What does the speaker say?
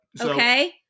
okay